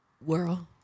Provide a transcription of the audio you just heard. world